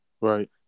Right